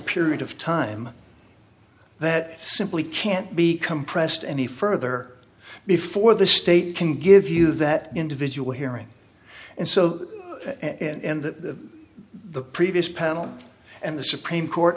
period of time that simply can't be compressed any further before the state can give you that individual hearing and so and that the previous panel and the supreme court